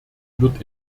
wird